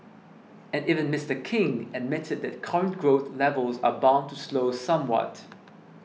and even Mister King admitted that current growth levels are bound to slow somewhat